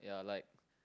ya like